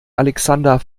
alexander